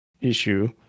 issue